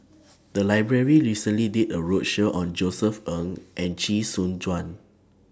The Library recently did A roadshow on Josef Ng and Chee Soon Juan